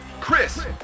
Chris